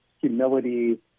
humility